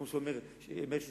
כמו שאומר מאיר שטרית,